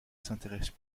s’intéresse